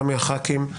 גם מחברי הכנסת.